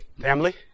Family